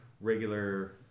regular